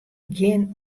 gjin